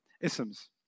isms